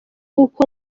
uko